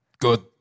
good